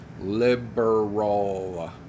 Liberal